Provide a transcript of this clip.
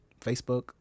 Facebook